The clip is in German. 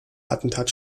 attentat